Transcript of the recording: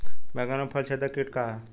बैंगन में फल छेदक किट का ह?